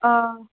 آ